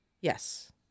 Yes